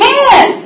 Man